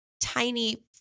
tiny